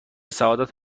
سعادت